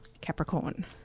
Capricorn